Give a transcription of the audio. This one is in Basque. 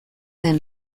den